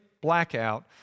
blackout